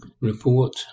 Report